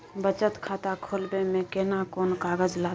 बचत खाता खोलबै में केना कोन कागज लागतै?